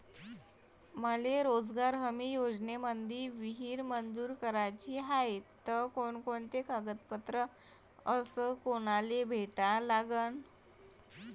मले रोजगार हमी योजनेमंदी विहीर मंजूर कराची हाये त कोनकोनते कागदपत्र अस कोनाले भेटा लागन?